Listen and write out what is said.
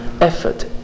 effort